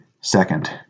Second